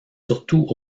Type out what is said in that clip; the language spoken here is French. surtout